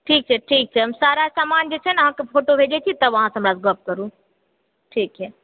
ठीक छै ठीक छै हम सारा समान जे छै ने अहाँके फोटो भेजै छी तब अहाँ सँ हम गप करू ठीक या